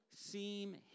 seem